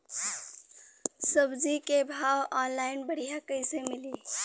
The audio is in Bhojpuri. सब्जी के भाव ऑनलाइन बढ़ियां कइसे मिली?